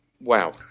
Wow